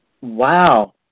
Wow